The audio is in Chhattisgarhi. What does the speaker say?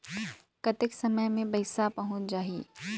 कतेक समय मे पइसा पहुंच जाही?